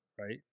right